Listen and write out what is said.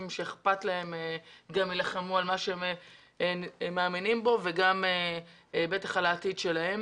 שאכפת להם גם יילחמו על מה שהם מאמינים בו ובטח על העתיד שלהם.